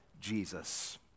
Jesus